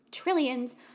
trillions